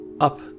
Up